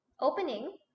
opening